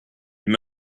you